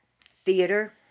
theater